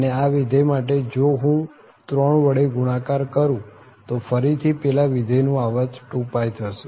અને આ વિધેય માટે જો હું 3 વડે ગુણાકાર કરું તો ફરી થી પેલા વિધેય નું આવર્ત 2π થશે